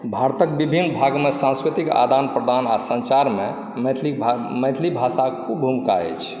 भारतक बिभिन्न भाग मऽ सांस्कृतिक आदान प्रदान आ संचारमे मैथिली भा मैथिली भाषाके कोन काज अछि